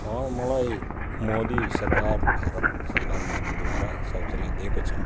अँ मलाई मोदी सरकार भारत सरकार मोदीद्वारा शौचालय दिएको छ